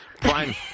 Prime